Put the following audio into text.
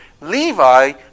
Levi